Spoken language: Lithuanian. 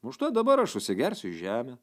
užtat dabar aš susigersiu į žemę